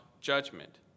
judgment